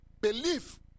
Belief